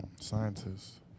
scientists